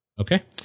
Okay